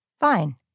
Fine